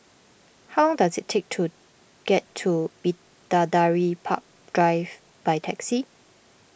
how does it take to get to Bidadari Park Drive by taxi